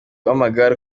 w’amagare